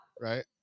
right